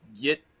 get